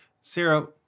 Sarah